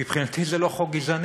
מבחינתי זה לא חוק גזעני,